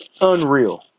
Unreal